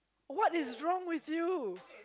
what is wrong with you